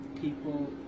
people